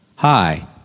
Hi